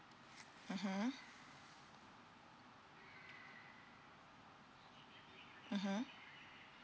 mmhmm mmhmm